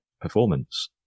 performance